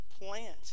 plant